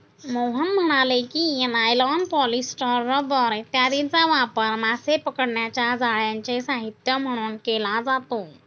मोहन म्हणाले की, nylon, polyester, rubber इत्यादींचा वापर मासे पकडण्याच्या जाळ्यांचे साहित्य म्हणून केला जातो